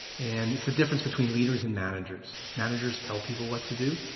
and it's the difference between leaders and managers. managers tell people what to do,